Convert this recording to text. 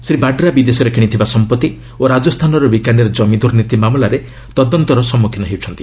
ଶ୍ରୀ ବାଡ୍ରା ବିଦେଶରେ କିଣିଥିବା ସମ୍ପତ୍ତି ଓ ରାଜସ୍ଥାନର ବିକାନେର୍ କମି ଦୂର୍ନୀତି ମାମଲାରେ ତଦନ୍ତ ସମ୍ମଖୀନ ହେଉଛନ୍ତି